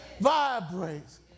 vibrates